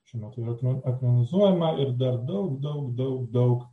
šiuo metu yra akme ekranizuojama ir dar daug daug daug daug